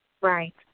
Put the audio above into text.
Right